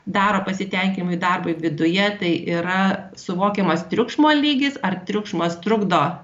daro pasitenkinimui darbui viduje tai yra suvokiamas triukšmo lygis ar triukšmas trukdo